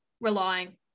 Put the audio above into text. relying